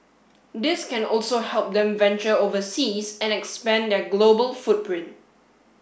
this can also help them venture overseas and expand their global footprint